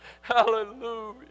Hallelujah